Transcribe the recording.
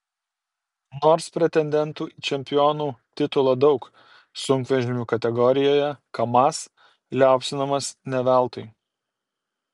nors pretendentų į čempionų titulą daug sunkvežimių kategorijoje kamaz liaupsinamas ne veltui